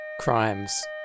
crimes